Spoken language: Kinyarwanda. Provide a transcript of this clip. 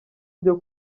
byo